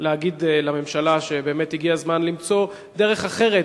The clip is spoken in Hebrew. להגיד לממשלה שבאמת הגיע הזמן למצוא דרך אחרת,